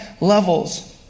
levels